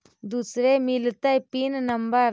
दुसरे मिलतै pin number?